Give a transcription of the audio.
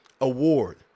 award